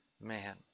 man